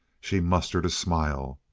she mustered a smile.